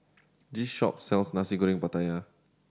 this shop sells Nasi Goreng Pattaya